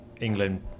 England